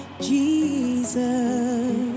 Jesus